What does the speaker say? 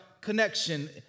connection